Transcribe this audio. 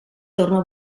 torna